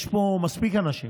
יש פה מספיק אנשים